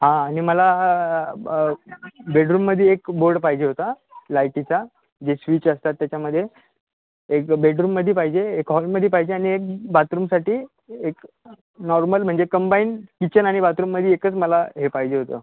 हां आणि मला ब बेडरूममध्ये एक बोर्ड पाहिजे होता लाइटीचा जे स्विच असतात त्याच्यामध्ये एक बेडरूममध्ये पाहिजे एक हॉलमध्ये पाहिजे आणि एक बाथरूमसाठी एक नॉर्मल म्हणजे कंबाईन किचन आणि बाथरूममध्ये एकच मला हे पाहिजे होतं